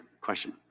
question